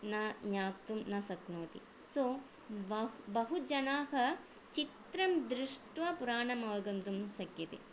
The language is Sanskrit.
न ज्ञातुं न शक्नोति सो बहुजनाः चित्रं दृष्ट्वा पुराणम् अवगन्तु शक्यते